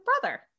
brother